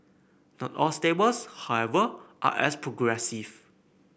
not all stables however are as progressive